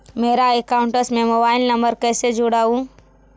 मेरा अकाउंटस में mobile number कैसे जुड़उ?